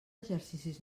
exercicis